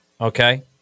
okay